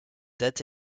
date